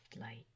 light